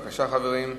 בבקשה, חברים.